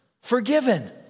forgiven